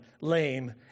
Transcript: lame